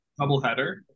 Doubleheader